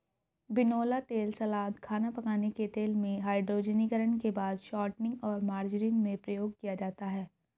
बिनौला तेल सलाद, खाना पकाने के तेल में, हाइड्रोजनीकरण के बाद शॉर्टनिंग और मार्जरीन में प्रयोग किया जाता है